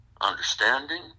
understanding